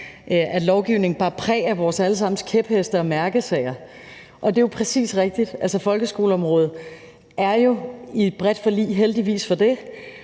at lovgivningen bar præg af vores allesammens kæpheste og mærkesager. Det er jo præcis rigtigt. Folkeskoleområdet er jo i et bredt forlig, heldigvis for det,